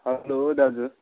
hello दाजु